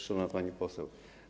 Szanowna Pani Poseł!